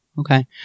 Okay